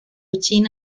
china